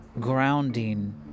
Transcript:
grounding